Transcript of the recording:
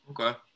Okay